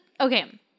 okay